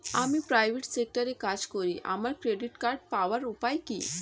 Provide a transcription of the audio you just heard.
আমি প্রাইভেট সেক্টরে কাজ করি আমার ক্রেডিট কার্ড পাওয়ার উপায় কি?